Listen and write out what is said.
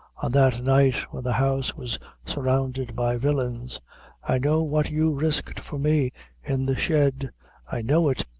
on that night when the house was surrounded by villains i know what you risked for me in the shed i know it,